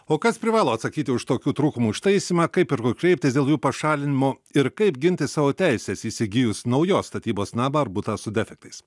o kas privalo atsakyti už tokių trūkumų ištaisymą kaip ir kur kreiptis dėl jų pašalinimo ir kaip ginti savo teises įsigijus naujos statybos namą ar butą su defektais